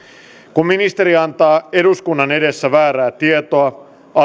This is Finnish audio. kun ministeri antaa eduskunnan edessä väärää tietoa